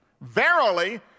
verily